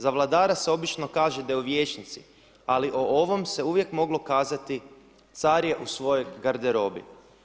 Za vladara se obično kaže da je u vijećnici, ali o ovom se uvijek moglo kazati, car je u svojoj garderobi.